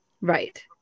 Right